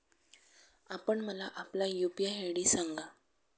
आपण मला आपला यू.पी.आय आय.डी सांगा